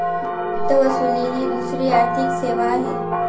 वित्त वसुली ही दुसरी आर्थिक सेवा आहे